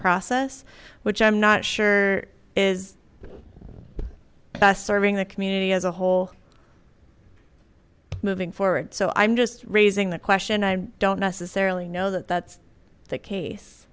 process which i'm not sure is best serving the community as a whole moving forward so i'm just raising the question i don't necessarily know that that's the case